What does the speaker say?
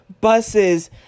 buses